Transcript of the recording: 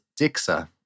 Dixa